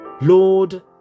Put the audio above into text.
Lord